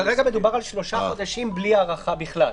כרגע מדובר על שלושה חודשים בלי הארכה בכלל.